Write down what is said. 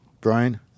Brian